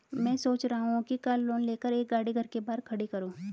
मैं सोच रहा हूँ कि कार लोन लेकर एक गाड़ी घर के बाहर खड़ी करूँ